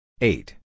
Eight